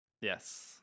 yes